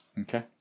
Okay